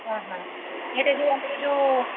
ହଁ ହଁ ଏଇଟା ଯୋଉ ଆମର ଯୋଉ